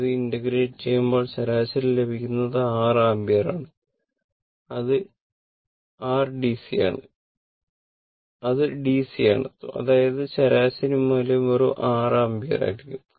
ഇത് ഇന്റഗ്രേറ്റ് ചെയ്യുമ്പോൾ ശരാശരി ലഭിക്കുന്നത് 6 ആമ്പിയർ ആണ് അത് r dc ആണ് അതായത് ശരാശരി മൂല്യം വെറും 6 ആമ്പിയർ ആയിരിക്കും